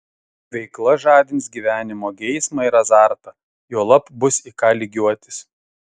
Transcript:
veikla žadins gyvenimo geismą ir azartą juolab bus į ką lygiuotis